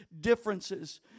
differences